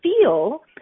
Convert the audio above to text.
feel